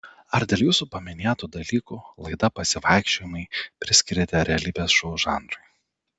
ar dėl jūsų paminėtų dalykų laidą pasivaikščiojimai priskiriate realybės šou žanrui